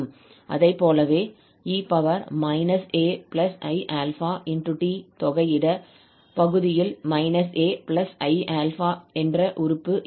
அதைப்போலவே e aiαt தொகையிட பகுதியில் 𝑎 𝑖𝛼 என்ற உறுப்பு இருக்கும்